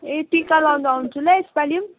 ए टिका लाउनु आउँछु ल यसपालि पनि